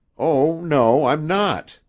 oh, no, i'm not.